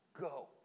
go